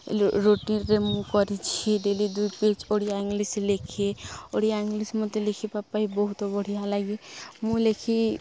ରୁଟିନ୍ରେ ମୁଁ କରିଛି ଡେଲି ଦୁଇ ପେଜ୍ ଓଡ଼ିଆ ଇଂଲିଶ ଲେଖେ ଓଡ଼ିଆ ଇଂଲିଶ ମୋତେ ଲେଖିିବା ବହୁତ ବଢ଼ିଆ ଲାଗେ ମୁଁ ଲେଖି